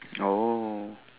oh